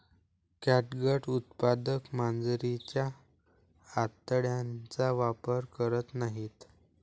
catgut उत्पादक मांजरीच्या आतड्यांचा वापर करत नाहीत